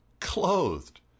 clothed